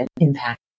impact